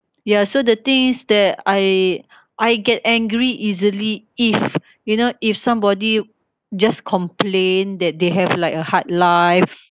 ya so the thing is that I I get angry easily if you know if somebody just complain that they have like a hard life